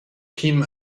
kim